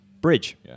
Bridge